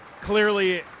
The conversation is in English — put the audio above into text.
clearly